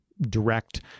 direct